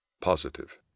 positive